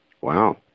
Wow